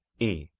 e.